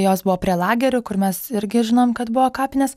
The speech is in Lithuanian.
jos buvo prie lagerių kur mes irgi žinom kad buvo kapinės